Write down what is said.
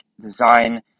design